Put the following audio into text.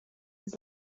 his